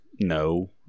No